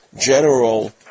general